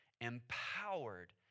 empowered